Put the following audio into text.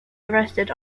arrested